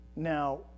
Now